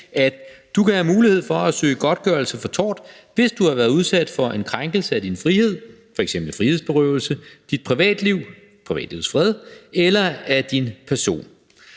at du kan have mulighed for at søge godtgørelse for tort, hvis du har været udsat for en krænkelse af din frihed, f.eks. frihedsberøvelse, dit privatliv, privatlivets fred, eller af din person.